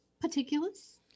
Particulars